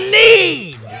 need